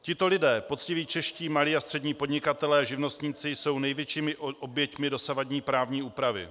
Tito lidé, poctiví čeští malí a střední podnikatelé, živnostníci, jsou největšími oběťmi dosavadní právní úpravy.